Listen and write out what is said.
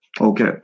Okay